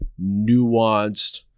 nuanced